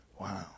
Wow